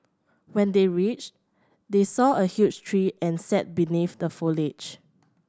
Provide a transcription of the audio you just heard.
when they reached they saw a huge tree and sat beneath the foliage